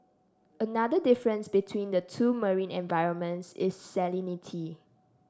another difference between the two marine environments is salinity